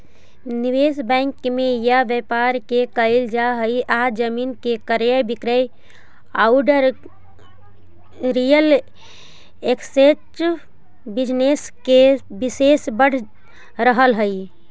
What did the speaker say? निवेश बैंक में या व्यापार में कईल जा हई आज जमीन के क्रय विक्रय औउर रियल एस्टेट बिजनेस में निवेश बढ़ रहल हई